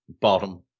bottom